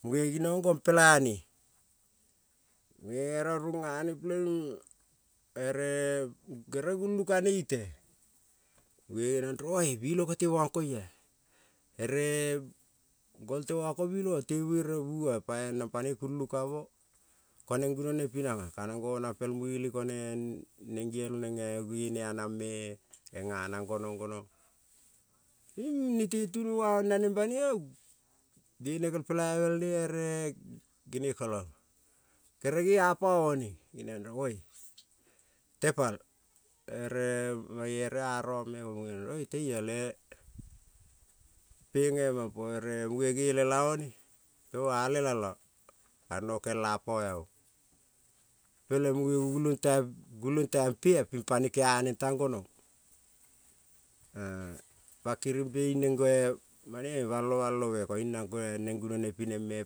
Muge ginong gom pelane, munge rong rungane pele-ing ere kere gulang ka-ne ite muge geniong rong oee biloko te kangkoia, ere golte mangko biloko tel vere vua-a pa-e nang panoi kulung ka-mo ko neng gunone pinang-a ko nang gonang pel mueleng konen gene anangme genga nang gonang gonong, nete tunuaong naneng banima bene kel pelaive-i ne ere gene kolang, kere ge apo-one geniong rong tepal ere mange ere arongme ke muge geniong rong teial penge mampo ere muge-ge lela o-ne o-a lela la ke nokel apa- aong, peleng muge golulong tai gulong taimpe-a ping pane kea neng tang gonong, pa kririmpe in-neng banoi balo-balome koiung nang neng gunone pineng-me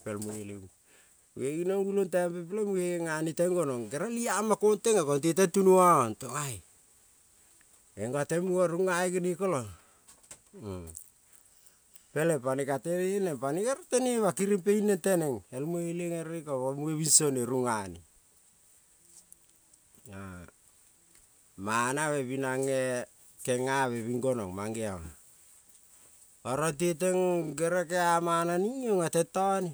pel mueleng mule ginong gulong taimpe peleng muge genga ne-teng gonong kerel i-amo kong teng-a konte teng tunuaong tong ae, gengo teng muge rungae genekolang peleng pane ka te-ne neng pane gerel tene-ma kiringpe in-neng teneng el mueleng ere ika munge binso ne nunga ne, manave bing nang kenga-be bing gonong mangevionga oro te teng gere kea man-na ning iong-a tentone.